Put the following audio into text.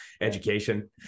Education